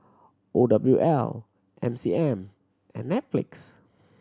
O W L M C M and Netflix